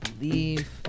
believe